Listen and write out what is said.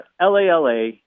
LALA